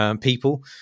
people